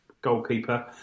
Goalkeeper